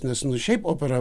nes nu šiaip opera